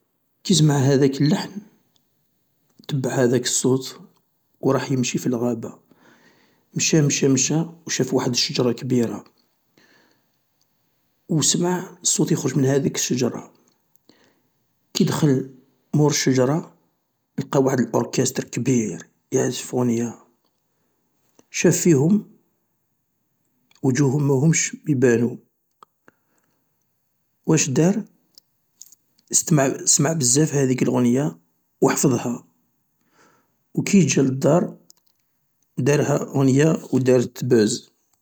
كي سمع هذاك اللحن تبع هذاك الصوت وراح يمشي في العدغابة، مشا مشا مشا وشاف واحد الشجرة كبيرة و سمع صوت يخرج من هاذيك الشجرة، كي دخل مور الشجرة، القى واحد الاركستر كبير يعزف غنية، شاف فيهم وجوههم مهومش يبانو، واش دار، اسمع بزاف هاذيك الغنية واحفضها وكي جا للدار دارها غنية ودارت بوز.